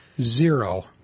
Zero